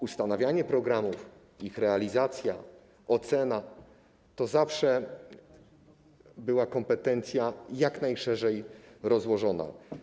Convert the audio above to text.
Ustanawianie programów, ich realizacja, ocena to zawsze była kompetencja jak najszerzej rozłożona.